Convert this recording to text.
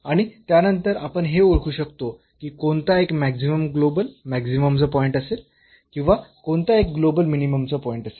आणि त्यानंतर आपण हे ओळखू शकतो की कोणता एक मॅक्सिमम ग्लोबल मॅक्सिममचा पॉईंट असेल किंवा कोणता एक ग्लोबल मिनिममचा पॉईंट असेल